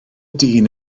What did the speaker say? dyn